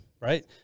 right